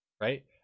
right